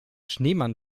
schneemann